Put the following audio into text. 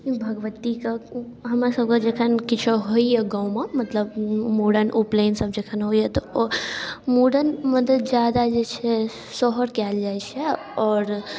भगवतीके हमरसबके जखन किछु होइए गाममे मतलब मूड़न उपनैनसब जखन होइए ओ मूड़नमे तऽ ज्यादा जे छै सोहर गाएल जाइ छै आओर